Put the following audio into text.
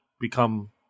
become